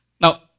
Now